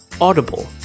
Audible